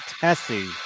Tessie